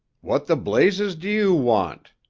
what the blazes do you want?